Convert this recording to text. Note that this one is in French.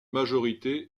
majorité